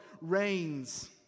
reigns